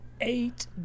Eight